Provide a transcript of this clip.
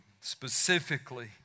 specifically